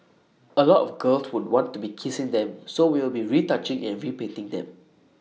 A lot of girls would want to be kissing them so we will be retouching and repainting them